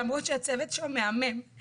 למרות שהצוות שם מהמם.